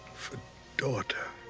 for daughter?